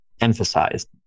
emphasized